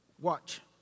Watch